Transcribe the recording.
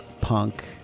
punk